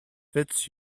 fits